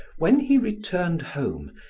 when he returned home,